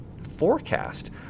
forecast